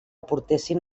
portessin